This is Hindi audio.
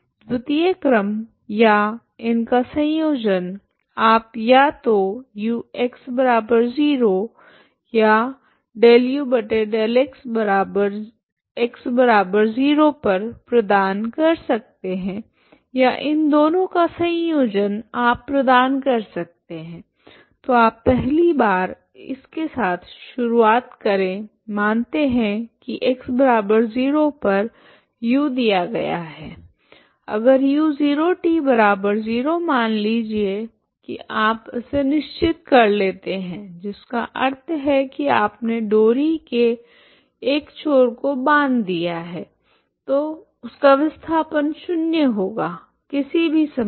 द्वतीय क्रम या इनका संयोजन आप या तो ux0 या ∂u∂ xx0 प्रदान कर सकते हैं या इन दोनों का संयोजन आप प्रदान कर सकते हैं तो आप पहली बार इसके साथ शुरुआत करे मानते है कि x0 पर u दिया गया है अगर u0t0 मान लीजिए कि आप इसे निश्चित कर लेते हैं जिसका अर्थ है कि आपने डोरी के एक छोर को बांध दिया है तो उसका विस्थापन शून्य होगा किसी भी समय पर